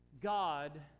God